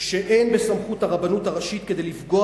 שאין בסמכות הרבנות הראשית כדי לפגוע